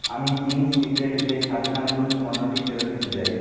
আমি Ching's secret veg hakka noodles পণ্যটি ফেরত দিতে চাই